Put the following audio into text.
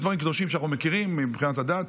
יש דברים קדושים שאנו מכירים מבחינת הדת.